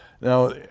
Now